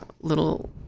little